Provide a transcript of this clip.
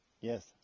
Yes